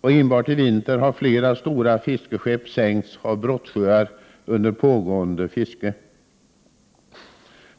och enbart i vinter har flera stora fiskeskepp sänkts av brottsjöar under pågående fiske.